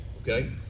okay